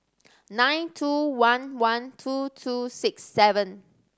nine two one one two two six seven